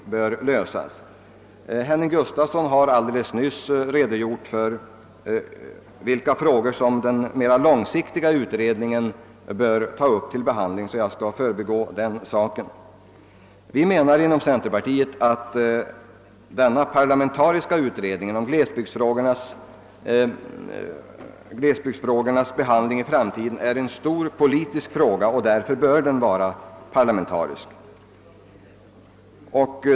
Herr Gustafsson i Skellefteå har alldeles nyss redogjort för vilka frågor den mera långsiktiga utredningen bör ta upp till behandling. Jag kan därför förbigå den saken. Vi inom centerpartiet menar att frågan om en utredning angående glesbygdsfrågornas behandling i framtiden är en stor politisk fråga. Därför bör utredningen vara parlamentarisk.